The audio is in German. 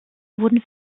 wurden